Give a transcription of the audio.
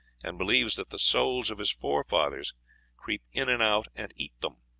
and believes that the souls of his forefathers creep in and out and eat them.